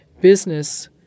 business